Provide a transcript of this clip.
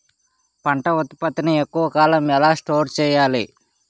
పంట ఉత్పత్తి ని ఎక్కువ కాలం ఎలా స్టోర్ చేయాలి?